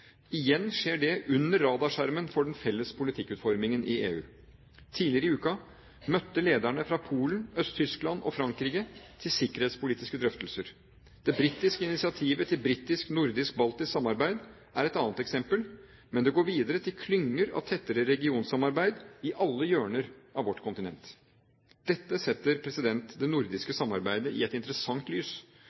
igjen skjer det under radarskjermen for den felles politikkutformingen i EU. Tidligere i uken møttes lederne fra Polen, Øst-Tyskland og Frankrike til sikkerhetspolitiske drøftelser. Det britiske initiativet til britisk-nordisk-baltisk samarbeid er et annet eksempel, men det går videre – til klynger av tettere regionsamarbeid i alle hjørner av vårt kontinent. Dette setter det nordiske samarbeidet i et interessant lys,